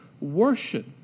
worship